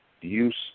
use